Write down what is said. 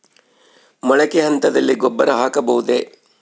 ಮೊಳಕೆ ಹಂತದಲ್ಲಿ ಗೊಬ್ಬರ ಹಾಕಬಹುದೇ?